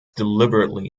deliberately